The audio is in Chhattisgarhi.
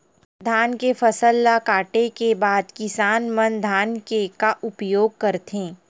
धान के फसल ला काटे के बाद किसान मन धान के का उपयोग करथे?